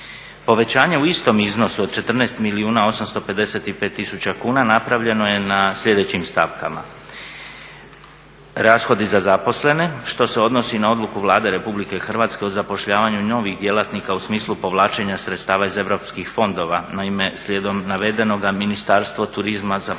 Povećanje u istom iznosu od 14 milijuna 855 tisuća kuna napravljeno je na sljedećim stavkama, rashodi za zaposlene što se odnosi na odluku Vlade RH o zapošljavanju novih djelatnika u smislu povlačenja sredstava iz europskih fondova. Naime, slijedom navedenoga Ministarstvo turizma zaposlit